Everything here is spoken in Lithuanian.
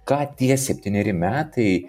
ką tie septyneri metai